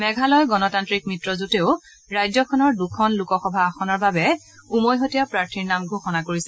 মেঘালয় গণতান্ত্ৰিক মিত্ৰজোঁটেও ৰাজ্যখনৰ দুখন লোকসভা আসনৰ বাবে উমৈহতীয়া প্ৰাৰ্থীৰ নাম ইতিমধ্যে ঘোষণা কৰিছে